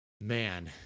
Man